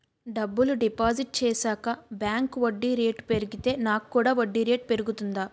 డబ్బులు డిపాజిట్ చేశాక బ్యాంక్ వడ్డీ రేటు పెరిగితే నాకు కూడా వడ్డీ రేటు పెరుగుతుందా?